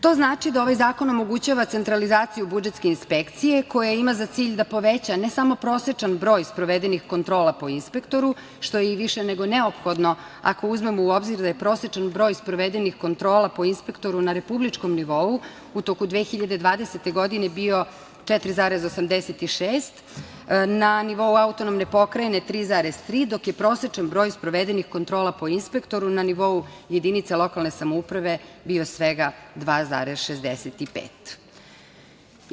To znači da ovaj zakon omogućava centralizaciju budžetske inspekcije koja ima za cilj da poveća ne samo prosečan broj sprovedenih kontrola po inspektoru, što je i više nego neophodno ako uzmemo u obzir da je prosečan broj sprovedenih kontrola po inspektoru na republičkom nivou u toku 2020. godine bio 4,86, na nivou autonomne pokrajine 3,3, dok je prosečan broj sprovedenih kontrola po inspektoru na nivou jedinica lokalne samouprave bio svega 2,65.